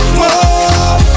more